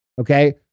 okay